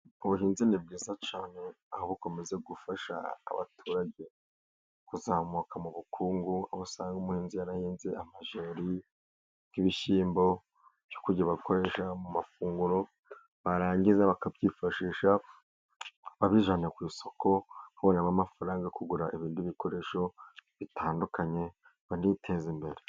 Ubuhinzi nibwiza cyane, aho bukomeza gufasha abaturage kuzamuka mu bukungu, aho usanga umuhinzi yarahinze amajeri, n'ibishyimbo byo kujya bakoresha mu mafunguro, barangiza bakabyifashisha, babijyana ku isoko, bakabonamo amafaranga yo kugura ibindi bikoresho bitandukanye, baniteza imbere.